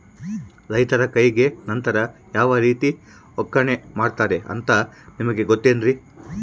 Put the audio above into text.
ರೈತರ ಕೈಗೆ ನಂತರ ಯಾವ ರೇತಿ ಒಕ್ಕಣೆ ಮಾಡ್ತಾರೆ ಅಂತ ನಿಮಗೆ ಗೊತ್ತೇನ್ರಿ?